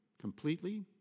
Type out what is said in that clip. completely